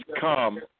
come